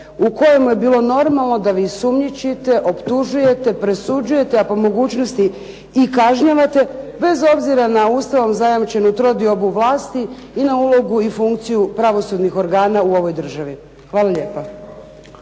u kojemu je bilo normalno da vi sumnjičite, optužujete, presuđujete, a po mogućnosti i kažnjavate bez obzira na Ustavom zajamčenu trodiobu vlasti i na ulogu i funkciju pravosudnih organa u ovoj državi. Hvala lijepa.